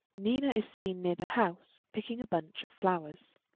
nina is seen near the house picking a bunch of flowers.